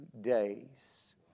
days